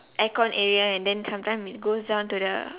aircon area and then sometime it goes down to the